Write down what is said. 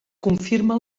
confirma